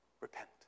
repent